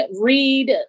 read